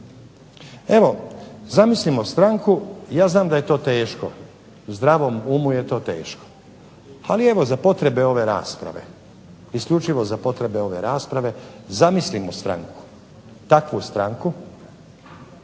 Evo, zamislimo stranku, ja znam da je to teško, zdravom umu je to teško. Ali evo za potrebe ove rasprave, isključivo za potrebe ove rasprave, zamislimo stranku takvu stranku,